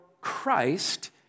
Christ